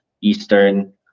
Eastern